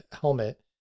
helmet